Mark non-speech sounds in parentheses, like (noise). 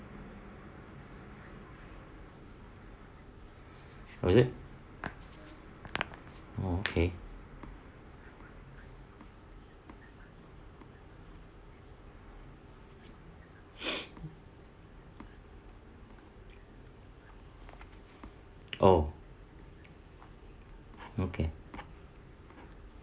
what is it oh okay (breath) oh okay